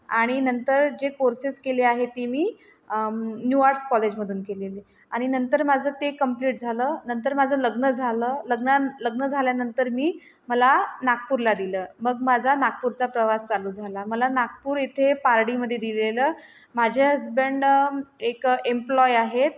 आणि नंतर जे कोर्सेस केले आहे ते मी न्यू आर्ट्स कॉलेजमधून केलेले आणि नंतर माझं ते कंप्लीट झालं नंतर माझं लग्न झालं लग्नां लग्न झाल्यानंतर मी मला नागपूरला दिलं मग माझा नागपूरचा प्रवास चालू झाला मला नागपूर येथे पारडीमध्ये दिलेलं माझे हजबंड एक एम्प्लॉय आहेत